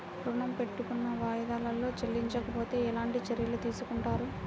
ఋణము పెట్టుకున్న వాయిదాలలో చెల్లించకపోతే ఎలాంటి చర్యలు తీసుకుంటారు?